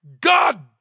God